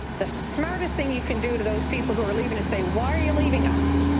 the smartest thing you can do to those people who are leaving is say why are you leaving us?